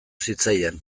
zitzaidan